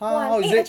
!huh! how is it